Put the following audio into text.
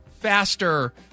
faster